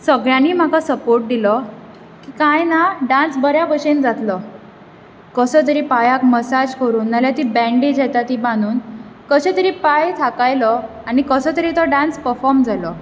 सगळ्यांनी म्हाका सपोर्ट दिलो की कांय ना डान्स बऱ्या भाशेन जातलो कसो तरी पांयाक मसाज करून ना जाल्यार ती बँडेज येता ती बांदून कशें तरी पांय थाकायलो आनी कसो तरी तो डान्स पफोर्म जालो